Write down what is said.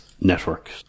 networks